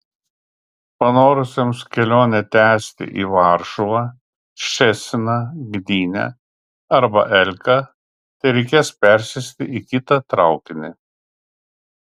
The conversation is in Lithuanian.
panorusiems kelionę tęsti į varšuvą ščeciną gdynę arba elką tereikės persėsti į kitą traukinį